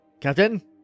Captain